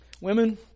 Women